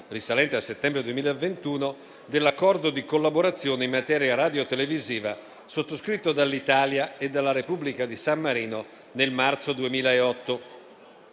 risalente al settembre 2021, dell'Accordo di collaborazione in materia radiotelevisiva sottoscritto dall'Italia e dalla Repubblica di San Marino nel marzo 2008.